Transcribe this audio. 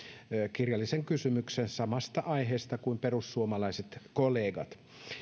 kirjallisen kysymyksen samasta aiheesta kuin perussuomalaiset kollegat